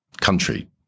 country